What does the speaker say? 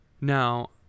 Now